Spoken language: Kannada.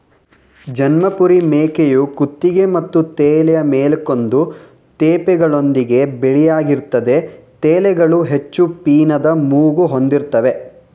ಜಮ್ನಾಪರಿ ಮೇಕೆಯು ಕುತ್ತಿಗೆ ಮತ್ತು ತಲೆಯ ಮೇಲೆ ಕಂದು ತೇಪೆಗಳೊಂದಿಗೆ ಬಿಳಿಯಾಗಿರ್ತದೆ ತಲೆಗಳು ಹೆಚ್ಚು ಪೀನದ ಮೂಗು ಹೊಂದಿರ್ತವೆ